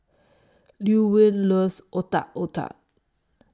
Llewellyn loves Otak Otak